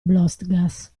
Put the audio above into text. blostgas